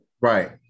Right